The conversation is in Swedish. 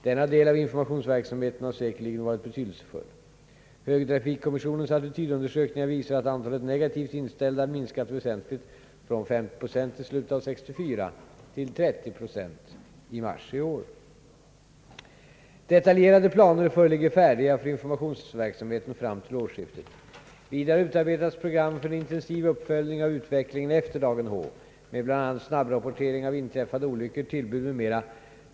Denna del av informationsverksamheten har säkerligen varit betydelsefull. Högertrafikkommissionens attitydundersökningar visar att andelen negativt inställda minskat väsentligt — från 50 procent i slutet av 1964 till 30 procent i mars i år. Detaljerade planer föreligger färdiga för informationsverksamheten fram till årsskiftet. Vidare har utarbetats program för en intensiv uppföljning av utvecklingen efter dagen H — med bl.a. snabbrapportering av inträffade olyckor, tillbud m.m.